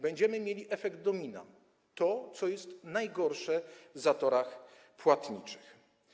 Będziemy mieli efekt domina, to, co jest najgorsze w zatorach płatniczych.